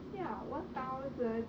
siao one thousand